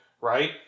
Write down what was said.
right